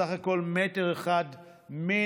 בסך הכול מטר אחד מינוס,